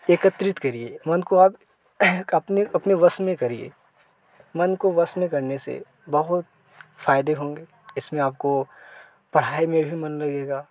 एकत्रित करिए मन को आप अपने अपने वश में करिए मन को वश में करने से बहुत फायदे होंगे इसमें आपको पढ़ाई में भी मन लगेगा